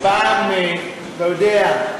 הפעם, אתה יודע,